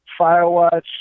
firewatch